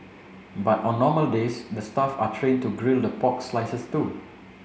but on normal days the staff are trained to grill the pork slices too